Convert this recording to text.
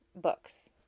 books